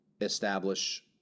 establish